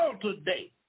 today